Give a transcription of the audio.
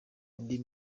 indi